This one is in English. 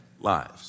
lives